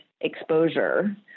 exposure